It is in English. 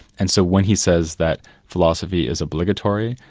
and so, when he says that philosophy is obligatory,